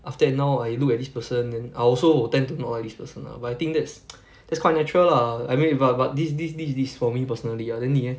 after that now I look at this person then I also will tend to not like this person lah but I think that's that's quite natural lah I mean bu~ but this this this this is for me personally ah then 你 leh